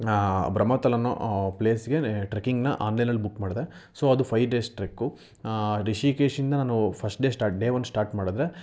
ಬ್ರಹ್ಮತಾಲ್ ಅನ್ನೋ ಪ್ಲೇಸ್ಗೆ ಟ್ರೆಕ್ಕಿಂಗ್ನ ಆನ್ಲೈನಲ್ಲಿ ಬುಕ್ ಮಾಡಿದೆ ಸೊ ಅದು ಫೈಯ್ ಡೇಸ್ ಟ್ರೆಕ್ಕು ರಿಷಿಕೇಶಿಂದ ನಾನು first day start day one start ಮಾಡಿದ್ರೆ